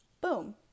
boom